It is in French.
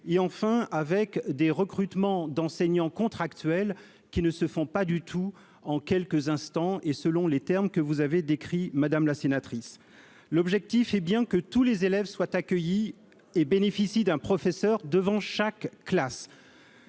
et des recrutements d'enseignants contractuels, qui ne se font pas du tout en quelques instants ni selon les termes que vous avez décrits, madame la sénatrice. L'objectif reste que tous les élèves soient accueillis et qu'un professeur soit présent devant chaque classe.